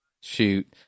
shoot